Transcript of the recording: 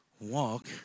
walk